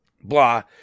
Blah